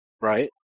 Right